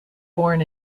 born